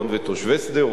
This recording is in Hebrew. תושבי שדרות,